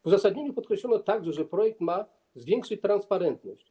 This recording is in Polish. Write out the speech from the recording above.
W uzasadnieniu podkreślono także, że projekt ma zwiększyć transparentność.